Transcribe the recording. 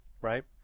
right